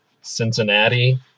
Cincinnati